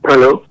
Hello